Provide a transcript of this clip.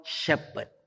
shepherd